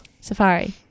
Safari